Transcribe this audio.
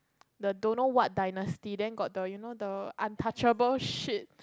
the don't know what dynasty then got the you know the untouchable shit